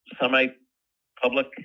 semi-public